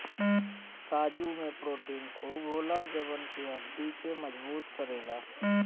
काजू में प्रोटीन खूब होला जवन की हड्डी के मजबूत करेला